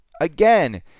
again